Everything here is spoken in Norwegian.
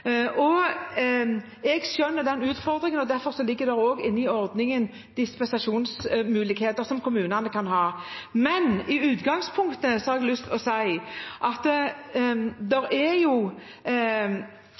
Jeg skjønner den utfordringen, og derfor ligger det også i ordningen dispensasjonsmuligheter for kommunene. Men i utgangspunktet har jeg lyst til å si at